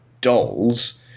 dolls